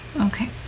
Okay